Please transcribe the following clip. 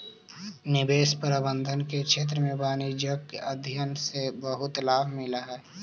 निवेश प्रबंधन के क्षेत्र में वाणिज्यिक अध्ययन से बहुत लाभ मिलऽ हई